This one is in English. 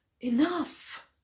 enough